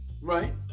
Right